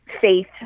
faith